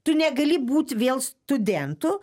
tu negali būt vėl studentu